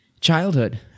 childhood